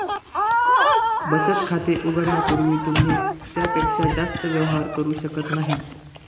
बचत खाते उघडण्यापूर्वी तुम्ही त्यापेक्षा जास्त व्यवहार करू शकत नाही